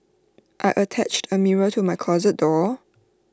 I attached A mirror to my closet door